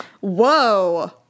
Whoa